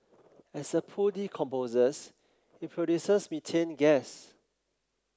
as the poo decomposes it produces methane gas